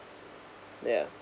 yeah